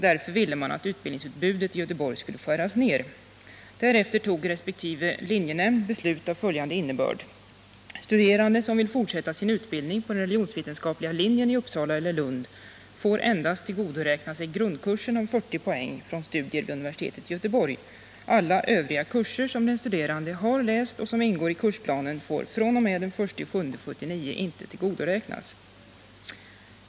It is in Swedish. Därför ville man att utbildningsutbudet i Göteborg skulle skäras ner. Därefter tog resp. linjenämnd beslut av följande innebörd: Studerande som vill fortsätta sin utbildning på den religionsvetenskapliga linjen i Uppsala eller Lund får endast tillgodoräkna sig grundkursen om 40 poäng från studier vid universitetet i Göteborg. Alla övriga kurser som den studerande har läst och som ingår i kursplanen får fr.o.m. den 1 juli 1979 inte tillgodoräknas.